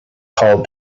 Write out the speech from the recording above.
called